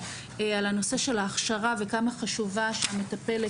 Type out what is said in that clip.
על הנושא של ההכשרה וכמה חשובה שמטפלת